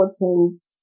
important